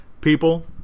people